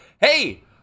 Hey